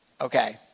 Okay